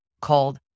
called